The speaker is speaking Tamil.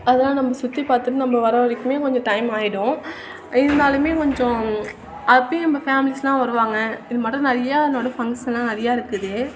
அதெலாம் நம்ம சுற்றி பார்த்து நம்ம வர வரைக்கும் கொஞ்சம் டைம் ஆகிடும் இருந்தாலும் கொஞ்சம் அப்போயும் நம்ம ஃபேம்லீஸ்லாம் வருவாங்க இது மட்டோம் நிறைய இது மட்டோம் ஃபங்க்ஷன்லாம் நிறையா இருக்குது